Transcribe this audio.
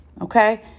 okay